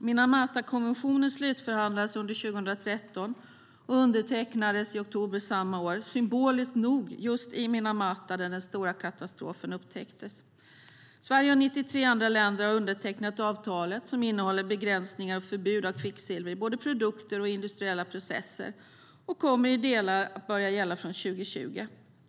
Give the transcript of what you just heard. Minamatakonventionen slutförhandlades under 2013 och undertecknades i oktober samma år, symboliskt nog just i Minamata, där den stora katastrofen upptäcktes. Sverige och 93 andra länder har undertecknat avtalet, som innehåller begränsningar av och förbud för kvicksilver i både produkter och industriella processer. Det kommer i delar att börja gälla från 2020.